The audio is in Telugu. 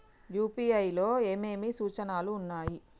యూ.పీ.ఐ లో ఏమేమి సూచనలు ఉన్నాయి?